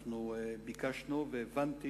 אנחנו ביקשנו, והבנתי